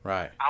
Right